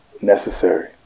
necessary